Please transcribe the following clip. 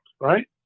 right